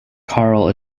karl